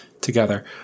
together